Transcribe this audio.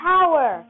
Power